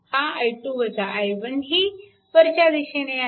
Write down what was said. हा ही वरच्या दिशेने आहे